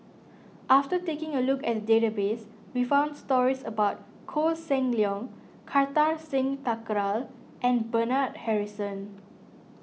after taking a look at the database we found stories about Koh Seng Leong Kartar Singh Thakral and Bernard Harrison